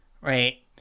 Right